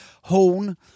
horn